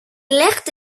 legde